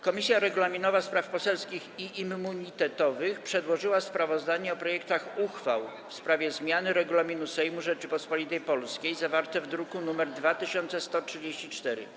Komisja Regulaminowa, Spraw Poselskich i Immunitetowych przedłożyła sprawozdanie o projektach uchwał w sprawie zmiany Regulaminu Sejmu Rzeczypospolitej Polskiej, zawarte w druku nr 2134.